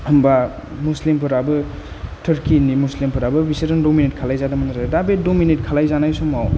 होमबा मुसलिमफोराबो टुर्किनि मुसलिमफोराबो बिसोरजों डमिनेट खालायजादोंमोन आरो दा बे डमिनेट खालाय जानाय समाव